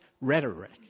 rhetoric